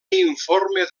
informe